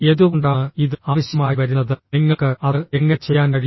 എന്തുകൊണ്ടാണ് ഇത് ആവശ്യമായി വരുന്നത് നിങ്ങൾക്ക് അത് എങ്ങനെ ചെയ്യാൻ കഴിയും